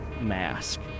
mask